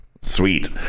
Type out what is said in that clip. Sweet